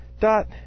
Dot